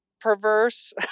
perverse